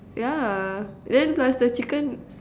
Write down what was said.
yeah then plus the chicken